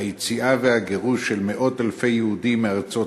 לציון היציאה והגירוש של מאות-אלפי יהודים מארצות